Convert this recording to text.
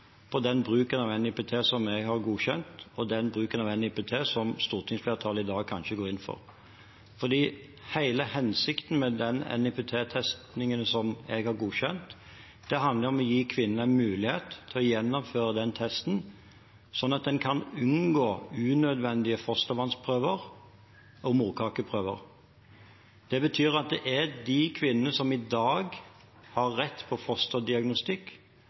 den bruken av NIPT jeg har godkjent, og den bruken som stortingsflertallet i dag kanskje går inn for. Hele hensikten med den NIPT-testingen som jeg har godkjent, handler om å gi kvinnen en mulighet til å gjennomføre den testen, slik at en kan unngå unødvendige fostervannsprøver og morkakeprøver. Det betyr at det er de kvinnene som i dag har rett på fosterdiagnostikk